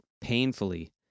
painfully